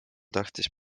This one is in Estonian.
tahtis